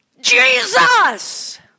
Jesus